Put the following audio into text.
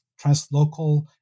translocal